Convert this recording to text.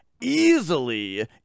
easily